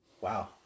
Wow